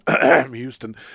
Houston